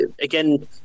again